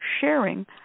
sharing